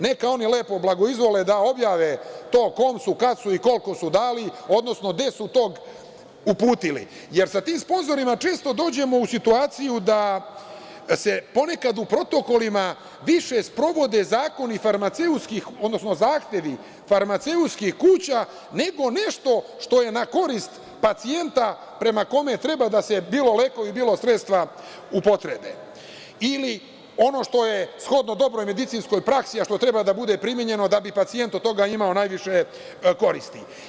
Neka oni lepo blagoizvole, da objave to kome su, kada su i koliko su dali, odnosno gde su tog uputili, jer sa tim sponzorima često dođemo u situaciju da se ponekad u protokolima više sprovode zahtevi farmaceutskih kuća, nego nešto što je na korist pacijenta prema kome treba da se bilo lekovi, bilo sredstva upotrebe, ili ono što je shodno dobroj medicinskoj praksi, a što treba da bude primenjeno da bi pacijent od toga imao najviše koristi.